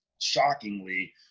shockingly